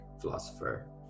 philosopher